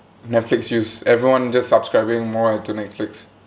netflix use everyone just subscribing more to netflix